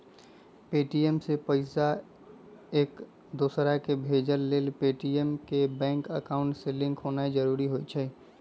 Paytm से पईसा एकदोसराकेँ भेजे लेल पेटीएम के बैंक अकांउट से लिंक होनाइ जरूरी होइ छइ